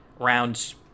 rounds